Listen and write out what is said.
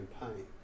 Campaign